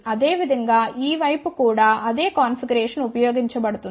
అదేవిధంగా ఈ వైపు కూడా అదే కాన్ఫిగరేషన్ ఉపయోగించబడింది